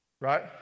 right